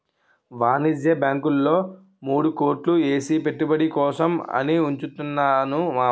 వాణిజ్య బాంకుల్లో మూడు కోట్లు ఏసి పెట్టుబడి కోసం అని ఉంచుతున్నాను మావా